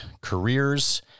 careers